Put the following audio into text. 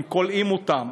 הם כולאים אותם,